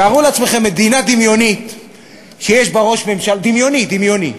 תארו לעצמכם מדינה דמיונית, דמיוני, דמיוני,